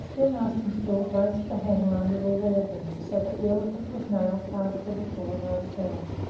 then arstingstall braced the handle under a wall-beam, so that the elephant was nailed fast to the floor, nose down.